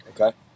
Okay